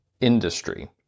industry